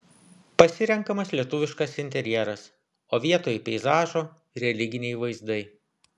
pasirenkamas lietuviškas interjeras o vietoj peizažo religiniai vaizdai